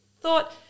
thought